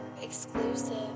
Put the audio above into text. exclusive